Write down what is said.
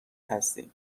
هستی